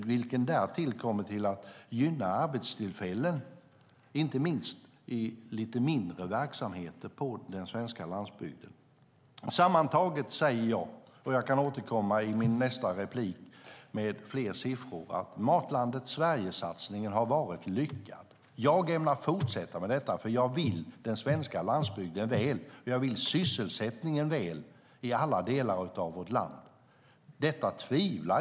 Därtill kommer att det kommer att gynna arbetstillfällen, inte minst i lite mindre verksamheter på den svenska landsbygden. Sammantaget säger jag - jag kan återkomma i nästa inlägg med fler siffror - att satsningen Matlandet Sverige har varit lyckad. Jag ämnar fortsätta med den, för jag vill den svenska landsbygden väl och jag vill sysselsättningen väl i alla delar av vårt land.